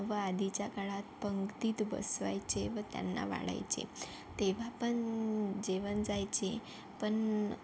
व आधीच्या काळात पंगतीत बसवायचे व त्यांना वाढायचे तेव्हा पण जेवण जायचे पण